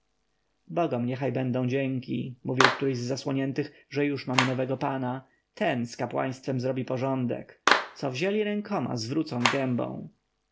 bogom niech będą dzięki mówił któryś z zasłoniętych że już mamy nowego pana ten z kapłaństwem zrobi porządek co wzięli rękoma zwrócą gębą